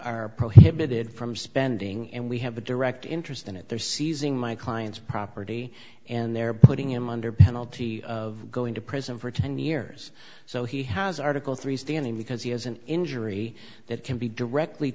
are prohibited from spending and we have a direct interest in it they're seizing my clients property and they're putting him under penalty of going to prison for ten years so he has article three standing because he has an injury that can be directly